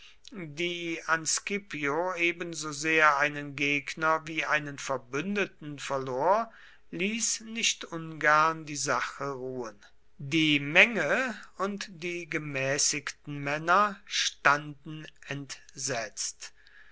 die an scipio ebensosehr einen gegner wie einen verbündeten verlor ließ nicht ungern die sache ruhen die menge und die gemäßigten männer standen entsetzt